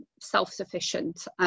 self-sufficient